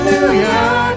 Hallelujah